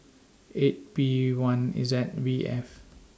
eight P one Z V F